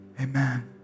amen